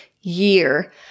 year